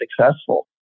successful